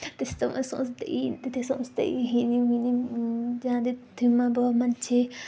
त्यस्तो सोच्दै त्यो सोच्दै हिँड्यौँ हिँड्यौँ त्यहाँदेखि थियौँ अब मान्छे